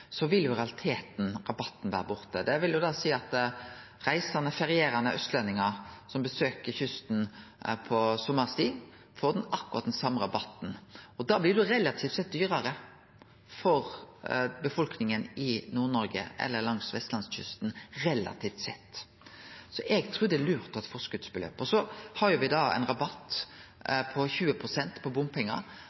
vil i realiteten rabatten vere borte. Det vil da seie at reisande og ferierande austlendingar som besøkjer kysten på sommaren, får akkurat den same rabatten. Da blir det dyrare for befolkninga i Nord-Noreg eller langs vestlandskysten relativt sett, så eg trur det er lurt å ha eit forskotsbeløp. Så har vi ein rabatt på 20 pst. på bompengar,